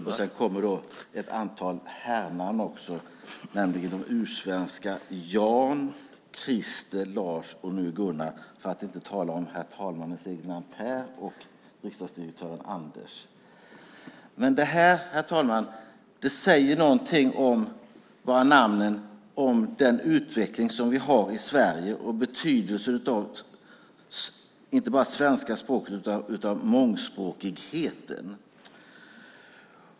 Det finns också ett antal herrnamn, nämligen de ursvenska Jan, Krister, Lars och nu Gunnar, för att inte tala om herr talmannen Per och riksdagsdirektören Anders. Våra namn, herr talman, säger någonting om den utveckling som vi har i Sverige och betydelsen av inte bara svenska språket utan också mångspråkigheten.